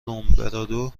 لومبرادو